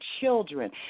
children